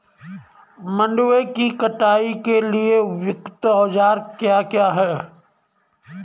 मंडवे की कटाई के लिए उपयुक्त औज़ार क्या क्या हैं?